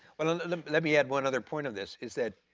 but and let let me add one other point of this is that